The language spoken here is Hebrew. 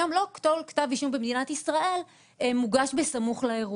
היום לא כל כתב אישום במדינת ישראל מוגש בסמוך לאירוע.